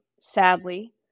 Sadly